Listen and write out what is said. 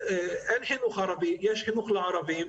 אין חינוך ערבי, יש חינוך לערבים.